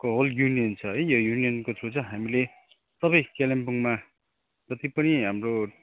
को whole union छ है यो युनियनको थ्रु चाहिँ हामीले सबै कालिम्पोङमा जति पनि हाम्रो